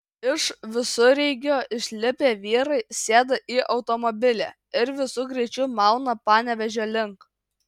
iš visureigio išlipę vyrai sėda į automobilį ir visu greičiu mauna panevėžio link